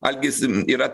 algis yra